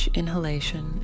inhalation